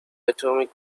atomic